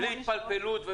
בלי התפלפלות,